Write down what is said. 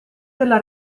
della